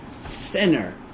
sinner